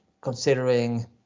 considering